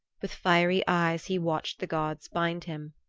with fiery eyes he watched the gods bind him.